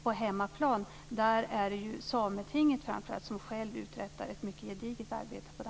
På hemmaplan uträttar Sametinget ett gediget arbete.